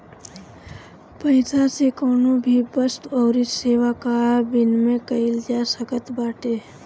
पईसा से कवनो भी वस्तु अउरी सेवा कअ विनिमय कईल जा सकत बाटे